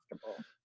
comfortable